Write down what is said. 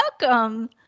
Welcome